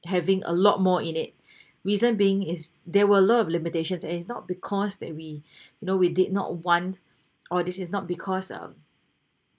having a lot more in it reason being is there were a lot of limitations and it's not because that we you know we did not want or this is not because um